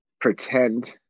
pretend